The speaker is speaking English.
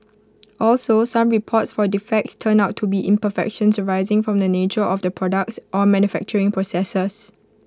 also some reports for defects turned out to be imperfections arising from the nature of the products or manufacturing processes